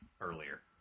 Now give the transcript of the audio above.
earlier